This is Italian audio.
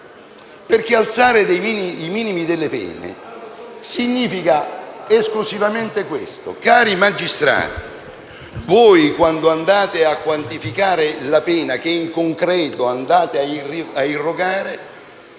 Alzare i minimi delle pene significa esclusivamente questo: cari magistrati, voi, quando quantificate la pena che in concreto andate ad irrogare,